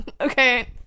Okay